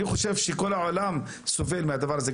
אני חושב שכול העולם סובל מהדבר הזה,